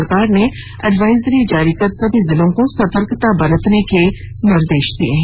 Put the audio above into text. सरकार ने एडवाइजरी जारी कर सभी जिलों को सतर्कता बरतने के निर्देश दिए हैं